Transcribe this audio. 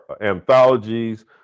anthologies